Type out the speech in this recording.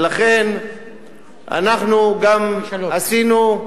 אנחנו גם עשינו,